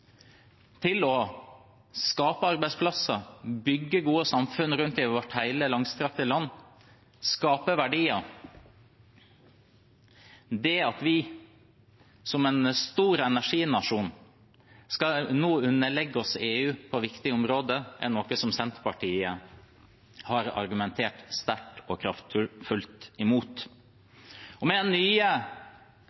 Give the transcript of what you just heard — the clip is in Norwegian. til å skape arbeidsplasser og bygge gode samfunn rundt om i hele vårt langstrakte land, skape verdier. At vi som en stor energinasjon nå skal underlegge oss EU på viktige områder, er noe Senterpartiet har argumentert sterkt og